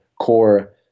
core